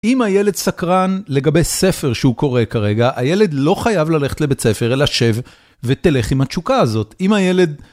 אם הילד סקרן לגבי ספר שהוא קורא כרגע, הילד לא חייב ללכת לבית ספר, אלא שב ותלך עם התשוקה הזאת. אם הילד...